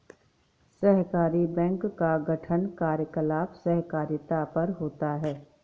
सहकारी बैंक का गठन कार्यकलाप सहकारिता पर होता है